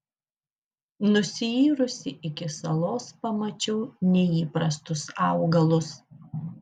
nusiyrusi iki salos pamačiau neįprastus augalus